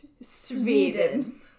Sweden